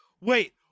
Wait